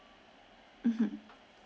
mmhmm